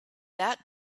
that